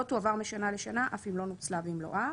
000 שקלים "לא תועבר משנה לשנה אף אם לא נוצלה במלואה.""